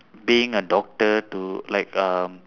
being a doctor to like um